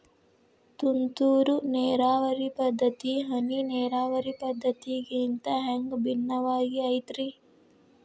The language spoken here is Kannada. ತುಂತುರು ನೇರಾವರಿ ಪದ್ಧತಿ, ಹನಿ ನೇರಾವರಿ ಪದ್ಧತಿಗಿಂತ ಹ್ಯಾಂಗ ಭಿನ್ನವಾಗಿ ಐತ್ರಿ?